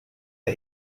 der